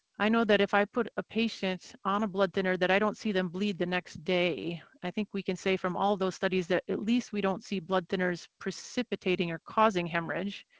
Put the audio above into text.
i know that if i put a patient on a blood thinner that i don't see them bleed the next day. i think we can say from all those studies that at least we don't see blood thinners precipitating or causing hemorrhage.